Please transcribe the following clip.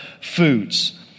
foods